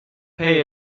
pay